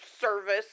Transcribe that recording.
service